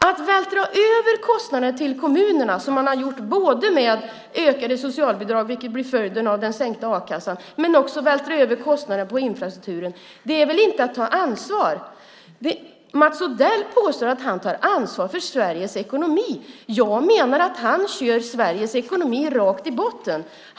Att vältra över kostnader på kommunerna som man har gjort med ökade socialbidrag, vilket blir följden av den sänkta a-kassan, men också att vältra över kostnader på infrastrukturen är väl inte att ta ansvar? Mats Odell påstår att han tar ansvar för Sveriges ekonomi. Jag menar att han kör Sveriges ekonomi rakt i botten.